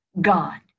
God